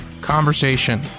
conversation